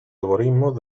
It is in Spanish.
algoritmos